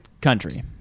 country